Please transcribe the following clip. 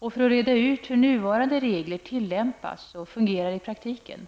samt för att reda ut hur nuvarande regler tillämpas och fungerar i praktiken.